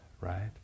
right